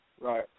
right